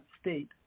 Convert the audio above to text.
state